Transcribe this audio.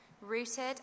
rooted